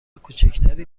کوچکتری